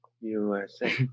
USA